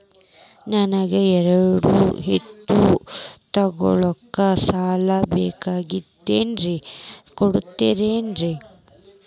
ನನಗ ಎರಡು ಎತ್ತು ತಗೋಳಾಕ್ ಸಾಲಾ ಬೇಕಾಗೈತ್ರಿ ಕೊಡ್ತಿರೇನ್ರಿ?